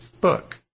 book